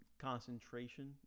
concentration